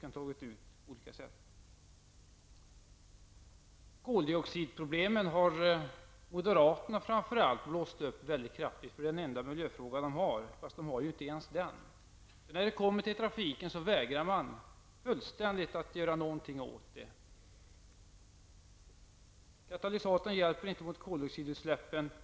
Koldioxidproblemen har framför allt moderaterna blåst upp mycket kraftigt. Det är den enda miljöfråga de driver, fast de driver inte ens den. När det gäller trafiken vägrar man helt att göra något. Katalysatorer hjälper inte mot koldioxidutsläpp.